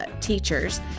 teachers